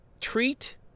treat